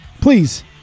Please